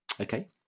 Okay